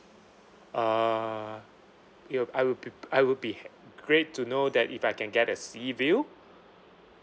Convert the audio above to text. uh it will I will be I would be ha~ great to know that if I can get a sea view